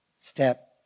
step